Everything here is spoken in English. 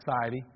society